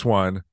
one